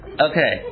Okay